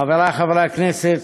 חברי חברי הכנסת,